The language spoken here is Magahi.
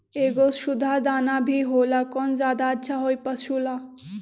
एगो सुधा दाना भी होला कौन ज्यादा अच्छा होई पशु ला?